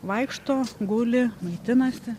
vaikšto guli maitinasi